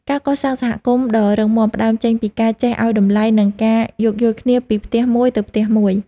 ការកសាងសហគមន៍ដ៏រឹងមាំផ្ដើមចេញពីការចេះឱ្យតម្លៃ និងការយោគយល់គ្នាពីផ្ទះមួយទៅផ្ទះមួយ។